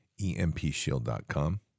empshield.com